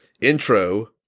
intro